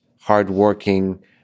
hardworking